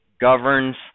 governs